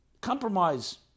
compromise